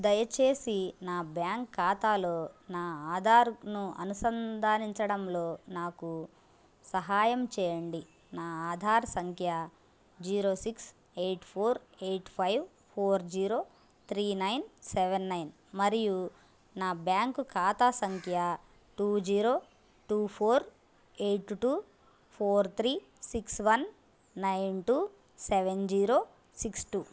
దయచేసి నా బ్యాంక్ ఖాతాలో నా ఆధారు ను అనుసంధానించడంలో నాకు సహాయం చేయండి నా ఆధార్ సంఖ్య zero six eight four eight five four zero three nine seven nine మరియు నా బ్యాంకు ఖాతా సంఖ్య two zero two four eight two four three six one nine two seven zero six to